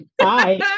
Hi